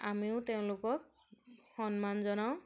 আমিও তেওঁলোকক সন্মান জনাওঁ